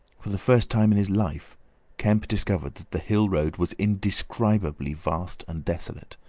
for the first time in his life kemp discovered that the hill-road was indescribably vast and desolate,